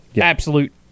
absolute